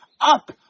up